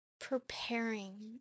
Preparing